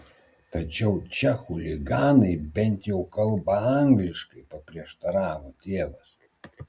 tačiau čia chuliganai bent jau kalba angliškai paprieštaravo tėvas